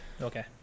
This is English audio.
Okay